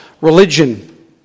Religion